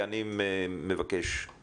אני אומרת שיש פה עניין של ציוד ושל אספקה,